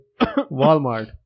Walmart